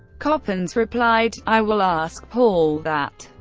coppens replied i will ask paul that.